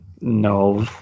no